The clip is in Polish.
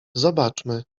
zobaczmy